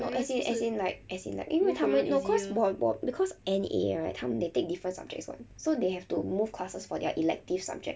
no as in like as in like 因为他们 cause 我我 N_E_A right 他们 they take different subjects what so they have to move classes for their elective subjects